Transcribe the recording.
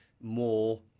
more